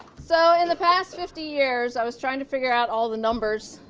so in the past fifty years, i was trying to figure out all the numbers,